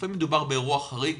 לפעמים מדובר באירוע חריג,